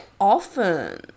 often